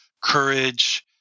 courage